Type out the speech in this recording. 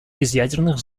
безъядерных